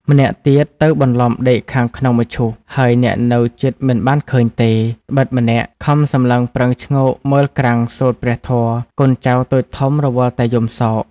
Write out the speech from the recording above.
ម្នាក់ទៀតទៅបន្លំដេកខាងក្នុងមឈូសហើយអ្នកនៅជិតមិនបានឃើញទេ ដ្បិតម្នាក់"ខំសម្លឹងប្រឹងឈ្ងោកមើលក្រាំងសូត្រព្រះធម៍កូនចៅតូចធំរវល់តែយំសោក។